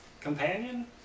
Companion